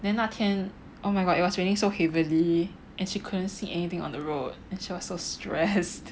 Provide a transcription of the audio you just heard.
then 那天 oh my god it was raining so heavily and she couldn't see anything on the road and she was so stressed